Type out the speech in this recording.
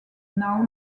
now